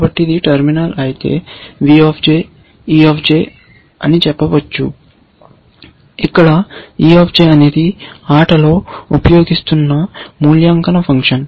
కాబట్టి ఇది టెర్మినల్ అయితే v e అని చెప్పవచ్చు ఇక్కడ e అనేది ఆటలో ఉపయోగిస్తున్న మూల్యాంకన ఫంక్షన్